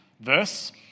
verse